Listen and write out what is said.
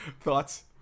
thoughts